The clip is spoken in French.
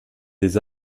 des